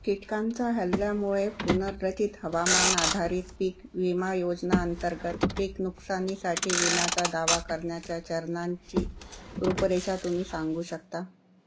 कीटकांचा हल्ल्यामुळे पुनर्रचित हवामान आधारित पिक विमा योजना अंतर्गत पिक नुकसानीसाठी विम्याचा दावा करण्याच्या चरणांची रूपरेषा तुम्ही सांगू शकता